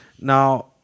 Now